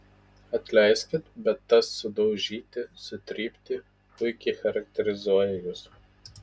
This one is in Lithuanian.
atleiskit bet tas sudaužyti sutrypti puikiai charakterizuoja jus